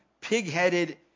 pig-headed